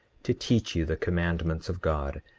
to teach you the commandments of god,